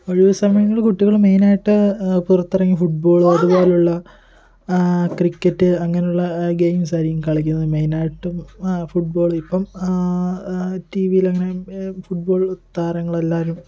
ഒഴിവ് സമയങ്ങള് കുട്ടികള് മെയ്നായിട്ട് പുറത്തിറങ്ങി ഫുട്ബോള് അതുപോലുള്ള ക്രിക്കറ്റ് അങ്ങനെയുള്ള ഗെയിംസായിരിക്കും കളിക്കുന്നത് മെയ്നായിട്ടും ഫുട്ബോള് ഇപ്പം ടീവിയിലങ്ങനെ ഫുട്ബോൾ താരങ്ങളെല്ലാവരും